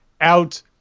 out